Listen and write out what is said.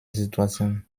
situation